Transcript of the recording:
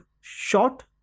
short